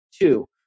two